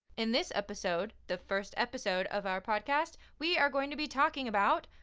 in this episode, the first episode of our podcast, we are going to be talking about.